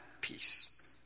peace